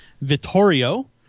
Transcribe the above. Vittorio